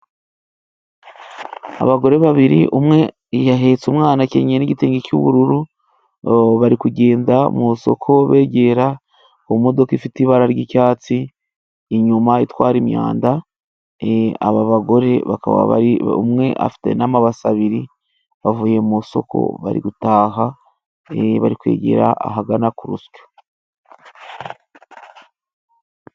Abagore babiri umwe yahetse umwana akenyeye n'igitenge cy'ubururu, bari kugenda mu isoko begera ku modoka ifite ibara ry'icyatsi inyuma itwara imyanda, aba bagore bakaba umwe afite n'amabase abiri bavuye mu isoko bari gutaha barikwigira ahagana ku rusyo.